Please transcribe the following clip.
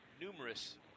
numerous